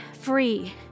free